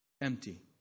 empty